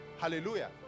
hallelujah